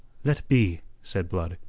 let be, said blood.